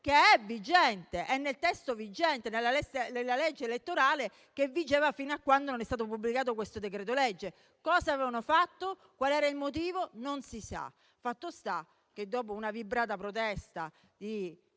che è nel testo della legge elettorale che vigeva fino a quando non è stato pubblicato questo decreto-legge? Cosa avevano fatto? Qual era il motivo? Non si sa. Fatto sta che dopo una vibrata protesta di